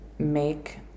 make